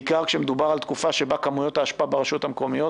בעיקר כשמדובר על תקופה שבה כמויות האשפה ברשויות המקומיות